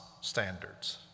standards